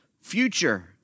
future